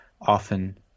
often